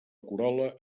corol·la